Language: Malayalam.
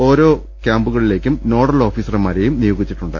ഓരോ ക്യാമ്പുകളിലേക്കും നോഡൽ ഓഫ്ടീസർമാരെയും നിയോഗിച്ചിട്ടുണ്ട്